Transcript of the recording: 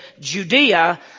Judea